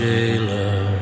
Jailer